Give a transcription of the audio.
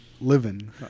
living